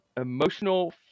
emotional